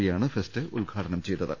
പിയാണ് ഫെസ്റ്റ് ഉദ്ഘാ ടനം ചെയ്തത്